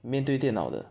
面对电脑的